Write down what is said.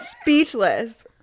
speechless